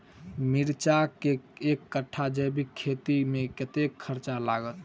मिर्चा केँ एक कट्ठा जैविक खेती मे कतेक खर्च लागत?